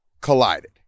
collided